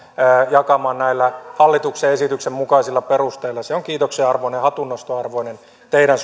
jakamaan näillä hallituksen esityksen mukaisilla perusteilla se on kiitoksen arvoinen ja hatunnoston arvoinen teidän